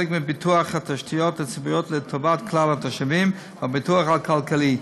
מפיתוח התשתיות הציבוריות לטובת כלל התושבים והפיתוח הכלכלי.